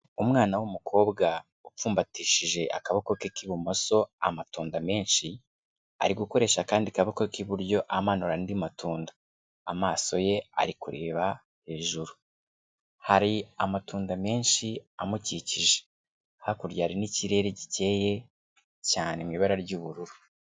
Umwana w'umukobwa upfumbatishije akaboko ke k'ibumoso amatunda menshi, ari gukoresha akandi kaboko k'iburyo amanura andi matunda, amaso ye ari kureba hejuru hari amatunda menshi amukikije, hakurya hari n'ikirere gikeye cyane mu ibara ry'ubururu.